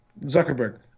Zuckerberg